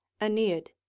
Aeneid